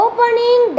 Opening